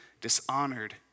dishonored